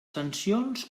sancions